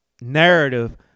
narrative